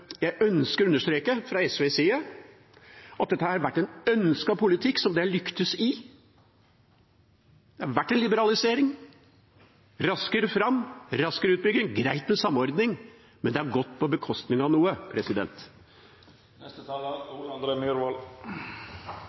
dette har vært en ønsket politikk som man har lyktes med. Det har vært en liberalisering: raskere fram, raskere utbygging, greit med samordning, men det har gått på bekostning av noe.